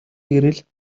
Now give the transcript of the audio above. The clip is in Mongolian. гэрэл